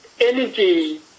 energy